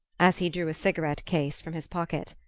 as he drew a cigarette-case from his pocket.